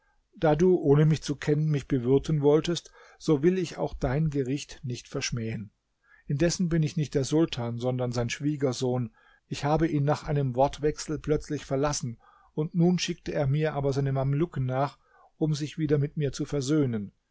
da du ohne mich zu kennen mich bewirten wolltest so will ich auch dein gericht nicht verschmähen indessen bin ich nicht der sultan sondern sein schwiegersohn ich habe ihn nach einem wortwechsel plötzlich verlassen nun schickte er mir aber seine mamelucken nach um sich wieder mit mir zu versöhnen